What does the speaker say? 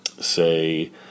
say